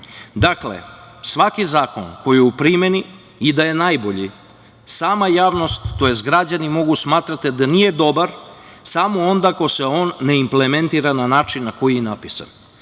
svaki zakon koji je u primeni i da je najbolji sama javnost tj. građani mogu smatrati da nije dobar samo onda ako se on ne implementira na način na koji je napisan.